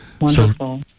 Wonderful